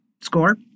score